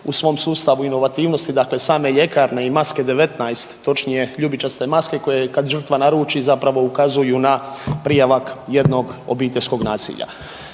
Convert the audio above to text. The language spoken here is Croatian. u svom sustavu inovativnosti, dakle same ljekarne i maske 19, točnije ljubičaste maske koje kad žrtva naruči zapravo ukazuju na prijavak jednog obiteljskog nasilja.